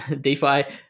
DeFi